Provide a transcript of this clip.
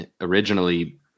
originally